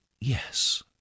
yes